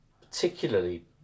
particularly